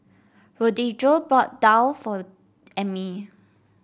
Rodrigo bought daal for Emmie